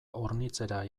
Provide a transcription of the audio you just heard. hornitzera